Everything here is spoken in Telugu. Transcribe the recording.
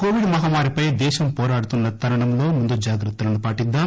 కోవిడ్ మహమ్మారిపై దేశం పోరాడుతున్న తరుణంలో ముందు జాగ్రత్తలను పాటిద్దాం